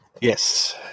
yes